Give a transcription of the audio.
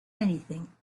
anything